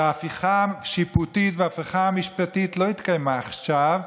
שההפיכה השיפוטית וההפיכה המשפטית לא התקיימה עכשיו,